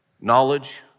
Knowledge